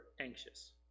anxious